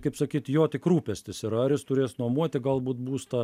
kaip sakyt jo tik rūpestis yra ar jis turės nuomoti galbūt būstą